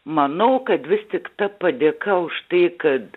manau kad vis tik ta padėka už tai kad